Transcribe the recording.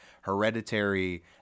Hereditary